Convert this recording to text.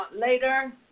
later